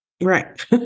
Right